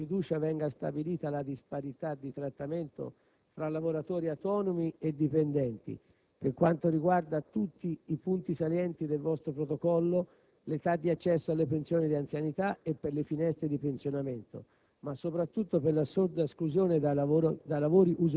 Non possiamo inoltre accettare che con un voto di fiducia venga stabilita la disparità di trattamento fra lavoratori autonomi e dipendenti per quanto riguarda tutti i punti salienti del vostro Protocollo, l'età di accesso alle pensioni di anzianità e per le finestre di pensionamento,